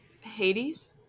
Hades